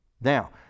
now